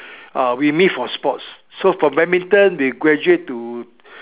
uh we meet for sports so for badminton we graduate to